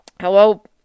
Hello